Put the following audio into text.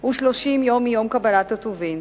הוא 30 יום מיום קבלת הטובין,